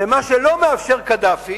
ומה שלא מאפשר קדאפי